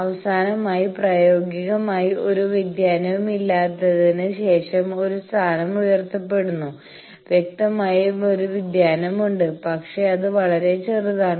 അവസാനമായി പ്രായോഗികമായി ഒരു വ്യതിയാനവുമില്ലാത്തതിന് ശേഷം ഒരു സ്ഥാനം ഉയർത്തപ്പെടുന്നു വ്യക്തമായും ഒരു വ്യതിയാനമുണ്ട് പക്ഷേ അത് വളരെ ചെറുതാണ്